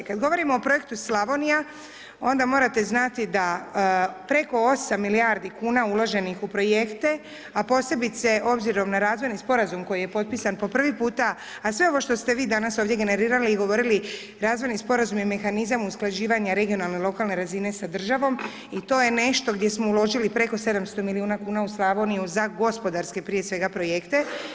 Kada govorimo o Projektu Slavonija, onda morate znati da preko 8 milijardi kuna uloženih u projekte, a posebice, obzirom na razvojni Sporazum koji je potpisan po prvi puta, a sve ovo što ste vi danas ovdje generirali i govorili razvojni Sporazum je mehanizam usklađivanja regionalne lokalne razine sa državom i to je nešto gdje smo uložili preko 700 milijuna kuna u Slavoniju za gospodarske, prije svega, projekte.